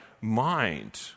mind